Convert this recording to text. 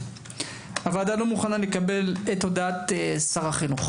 הוועדה לא מובכנה לקבל את הודעת שר החינוך